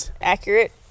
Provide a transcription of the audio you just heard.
Accurate